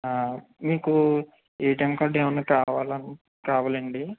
మీకు ATM card ఏమన్నా కావాలా కావాలండి